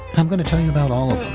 i'm gonna tell you about all